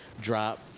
drop